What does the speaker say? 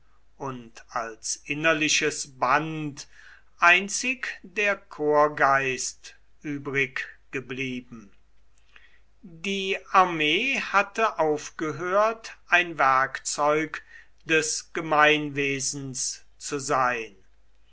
und als innerliches band einzig der korpsgeist übriggeblieben die armee hatte aufgehört ein werkzeug des gemeinwesens zu sein